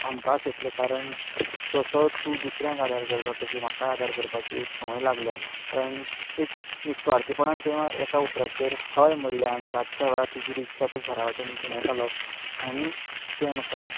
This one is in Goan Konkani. आमकांच येतले कारण जसो तूं दुसऱ्यांक आदार करता तशी म्हाकाय आदार करपाची एक संवय लागल्या कारण एक निसुवार्थपणान तुवें एका उतराचेर हय म्हणलें आनी रातच्या वेळार तुजी रिक्षा घरा वटेन घुंवडायतालो आनी तुवें म्हाका